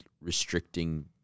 restricting